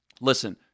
listen